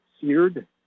seared